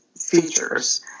features